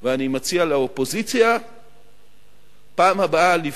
ואני מציע לאופוזיציה לבחור